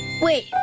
Wait